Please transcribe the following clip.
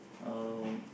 um